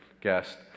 guest